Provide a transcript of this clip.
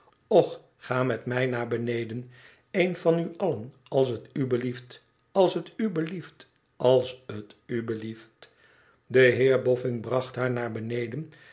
och ga met mij naar beneden een van u allen als t u blieft als t u blieft als t u blieft de heer boffiu bracht haar naar beneden